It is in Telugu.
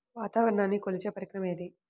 వాతావరణాన్ని కొలిచే పరికరం ఏది?